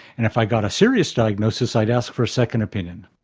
and if i got a serious diagnosis i'd ask for a second opinion.